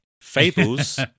fables